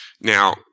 Now